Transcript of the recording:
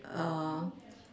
err